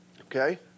Okay